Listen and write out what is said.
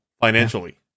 financially